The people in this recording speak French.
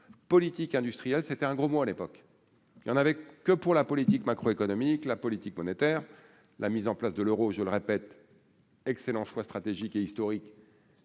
politique industrielle, c'était un gros mot, à l'époque, il y en avait que pour la politique macro-économique, la politique monétaire, la mise en place de l'Euro, je le répète, excellent choix stratégiques et historiques.